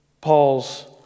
Paul's